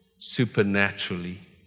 supernaturally